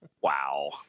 Wow